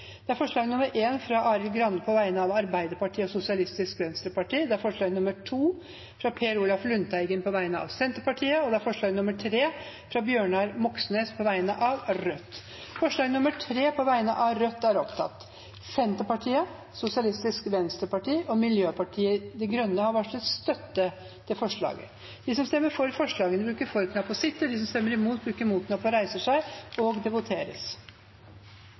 Det er forslag nr. 1, fra Arild Grande på vegne av Arbeiderpartiet og Sosialistisk Venstreparti forslag nr. 2, fra Per Olaf Lundteigen på vegne av Senterpartiet forslag nr. 3, fra Bjørnar Moxnes på vegne av Rødt Det voteres over forslag nr. 3, fra Rødt. Forslaget lyder: «Stortinget ber regjeringen utrede lovfesting av erstatningsansvar for arbeidsgivere ved brudd på vernebestemmelsen i likestillings- og diskrimineringsloven § 13 sjette ledd.» Senterpartiet, Sosialistisk Venstreparti og Miljøpartiet De Grønne har varslet støtte til forslaget. Det voteres